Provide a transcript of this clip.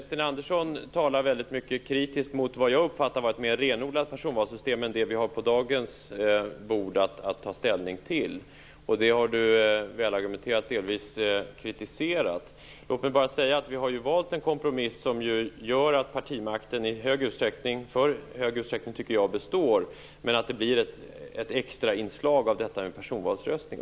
Sten Andersson talar väldigt kritiskt mot vad jag uppfattar vara ett mer renodlat personvalssystem än det vi har att ta ställning till i dag. Det har han, delvis välargumenterat, kritiserat. Låt mig bara säga att vi ju har valt en kompromiss som gör att partimakten i stor utsträckning består - för stor utsträckning, tycker jag - men att det blir ett extra inslag av personvalsröstning.